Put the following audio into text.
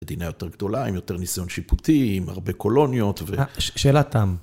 למדינה יותר גדולה, עם יותר ניסיון שיפוטי, עם הרבה קולוניות ו... שאלת תם.